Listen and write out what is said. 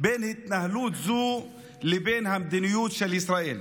בין התנהלות זו לבין המדיניות של ישראל.